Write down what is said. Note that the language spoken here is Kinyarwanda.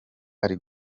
ari